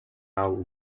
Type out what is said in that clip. аав